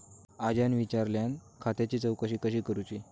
आज्यान विचारल्यान खात्याची चौकशी कशी करुची?